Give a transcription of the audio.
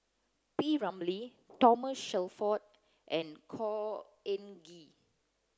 P Ramlee Thomas Shelford and Khor Ean Ghee